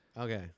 okay